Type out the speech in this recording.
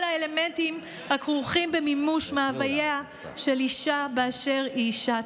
על כל האלמנטים הכרוכים במימוש מאווייה של אישה באשר היא אישה.